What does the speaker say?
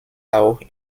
auch